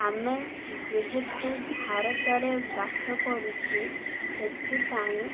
ଆମେ ଯେହେତୁ ଭାରତରେ ବାସ କରୁଛୁ ସେଥିପାଇଁ